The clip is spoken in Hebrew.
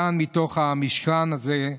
כאן, מתוך המשכן הזה,